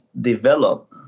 develop